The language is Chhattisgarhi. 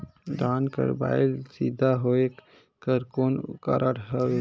धान कर बायल सीधा होयक कर कौन कारण हवे?